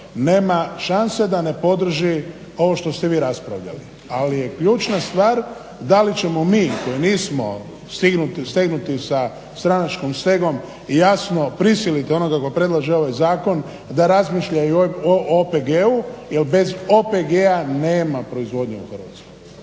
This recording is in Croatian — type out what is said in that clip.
nema šanse da ne podrži ovo što ste vi raspravljali, a li je ključna stvar da li ćemo mi koji nismo stegnuti sa stranačkom stegom i jasno prisiliti onoga tko predlaže ovaj zakon da razmišlja i o OPG-u, jel bez OPG-a nema proizvodnje u Hrvatskoj.